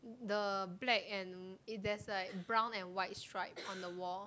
the black and if there's like brown and white stripes on the wall